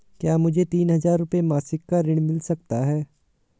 क्या मुझे तीन हज़ार रूपये मासिक का ऋण मिल सकता है?